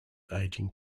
aging